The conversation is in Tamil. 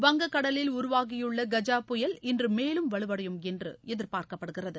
வங்கக்கடலில் உருவாகியுள்ள கஜா புயல் இன்று மேலும் வலுவடையும் என்று எதிர்பார்க்கப்படுகிறது